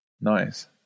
nice